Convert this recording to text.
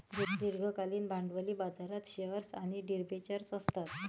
दीर्घकालीन भांडवली बाजारात शेअर्स आणि डिबेंचर्स असतात